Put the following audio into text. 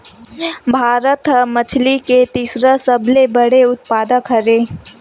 भारत हा मछरी के तीसरा सबले बड़े उत्पादक हरे